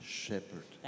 shepherd